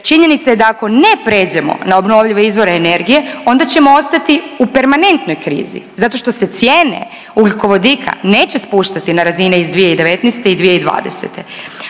činjenica je da ako ne pređemo na obnovljive izvore energije onda ćemo ostati u permanentnoj krizi zato što se cijene ugljikovodika neće spuštati na razine iz 2019. i 2020..